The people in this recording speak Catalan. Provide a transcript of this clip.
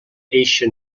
eixe